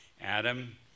Adam